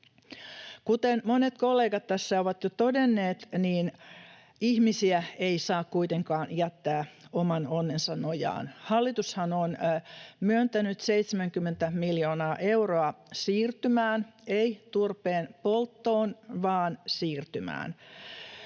Kuten monet kollegat tässä ovat jo todenneet, niin ihmisiä ei saa kuitenkaan jättää oman onnensa nojaan. Hallitushan on myöntänyt 70 miljoonaa euroa siirtymään, ei turpeenpolttoon vaan siirtymään.